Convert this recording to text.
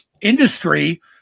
industry